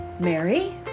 Mary